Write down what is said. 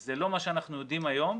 זה לא מה שאנחנו יודעים היום,